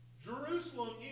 Jerusalem